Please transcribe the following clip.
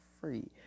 free